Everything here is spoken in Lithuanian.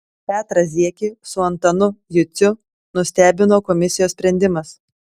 petrą ziekį su antanu juciu nustebino komisijos sprendimas